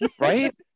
right